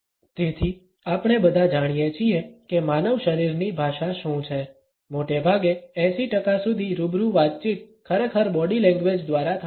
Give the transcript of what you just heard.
તેથી આપણે બધા જાણીએ છીએ કે માનવ શરીરની ભાષા શું છે મોટેભાગે 80 ટકા સુધી રૂબરૂ વાતચીત ખરેખર બોડી લેંગ્વેજ દ્વારા થાય છે